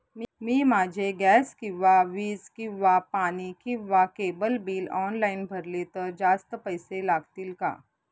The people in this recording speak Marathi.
मी माझे गॅस किंवा वीज किंवा पाणी किंवा केबल बिल ऑनलाईन भरले तर जास्त पैसे लागतील का?